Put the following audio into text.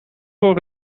voor